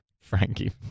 Frankie